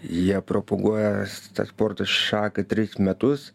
jie propaguoja tą sporto šaką tris metus